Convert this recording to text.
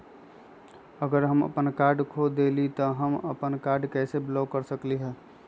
अगर हम अपन कार्ड खो देली ह त हम अपन कार्ड के कैसे ब्लॉक कर सकली ह?